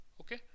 okay